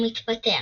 הוא מתפטר.